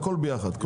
הכול ביחד.